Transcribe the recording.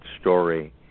story